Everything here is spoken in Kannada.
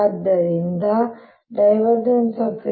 ಆದ್ದರಿಂದ ನಾನು ಈ